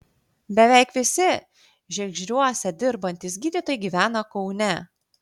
beveik visi žiegždriuose dirbantys gydytojai gyvena kaune